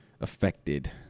affected